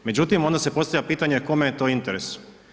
Međutim, onda se postavlja pitanje kome je to interes.